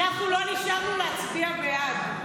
אנחנו נשארנו להצביע בעד,